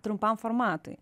trumpam formatui